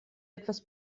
etwas